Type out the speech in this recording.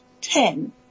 ten